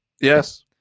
Yes